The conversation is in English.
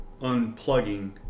unplugging